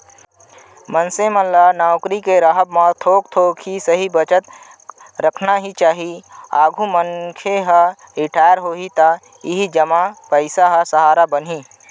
मनसे मन ल नउकरी के राहब म थोक थोक ही सही बचत करत रखना ही चाही, आघु मनसे ह रिटायर होही त इही जमा पइसा ह सहारा बनही